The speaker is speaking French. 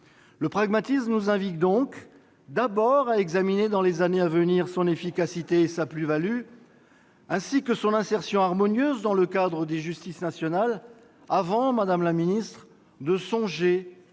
Le pragmatisme nous invite donc à examiner d'abord, dans les années à venir, son efficacité et sa plus-value, ainsi que son insertion harmonieuse dans le cadre des justices nationales, avant de songer